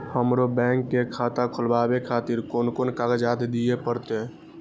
हमरो बैंक के खाता खोलाबे खातिर कोन कोन कागजात दीये परतें?